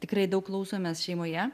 tikrai daug klausomės šeimoje